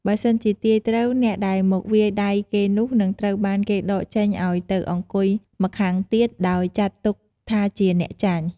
បើសិនជាទាយត្រូវ អ្នកដែលមកវាយដៃគេនោះ និងត្រូវបានគេដកចេញឲ្យទៅអង្គុយម្ខាងទៀត ដោយចាត់ទុកថាជាអ្នកចាញ់។